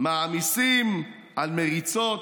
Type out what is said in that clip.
/ מעמיסים על מריצות,